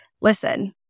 Listen